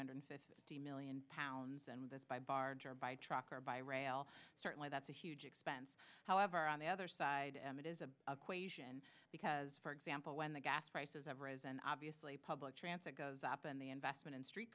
hundred fifty million pounds and that by barge or by truck or by rail certainly that's a huge expense however on the other side it is a because for example when the gas prices have risen obviously public transit goes up and the investment in street